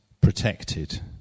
protected